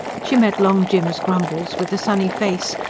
she met long jim's grumbles with a sunny face,